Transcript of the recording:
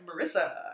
Marissa